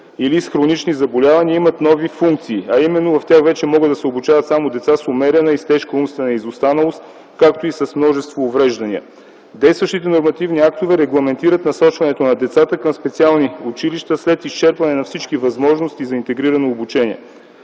и/или с хронични заболявания имат нови функции, а именно в тях вече могат да се обучават само деца с умерена и с тежка умствена изостаналост, както и с множество увреждания. Действащите нормативни актове регламентират насочването на децата към специални училища след изчерпване на всички възможности за интегрирано обучение.